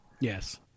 Yes